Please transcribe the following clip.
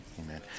Amen